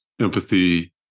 empathy